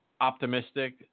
optimistic